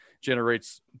generates